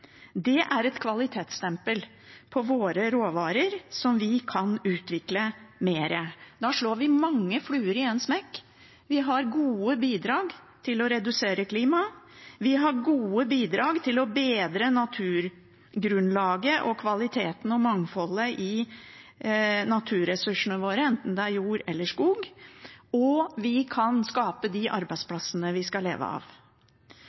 Det er et kvalitetsstempel på våre råvarer som vi kan utvikle mer. Da slår vi mange fluer i ett smekk: Vi har gode bidrag for å redusere klimagassutslippene, vi har gode bidrag for å bedre naturgrunnlaget, kvaliteten og mangfoldet i naturressursene våre, enten det er jord eller skog, og vi kan skape de arbeidsplassene vi skal leve av.